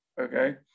Okay